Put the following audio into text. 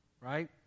right